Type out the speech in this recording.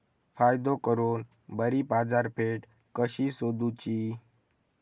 फायदो करून बरी बाजारपेठ कशी सोदुची?